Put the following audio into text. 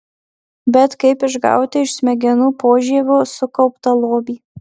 bet kaip išgauti iš smegenų požievio sukauptą lobį